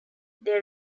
they